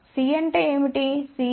B 0